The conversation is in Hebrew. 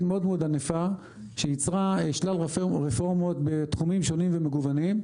מאוד ענפה שייצרה שלל רפורמות בתחומים שונים ומגוונים,